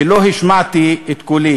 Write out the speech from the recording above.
ולא השמעתי את קולי